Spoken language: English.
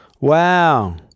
Wow